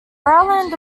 rowland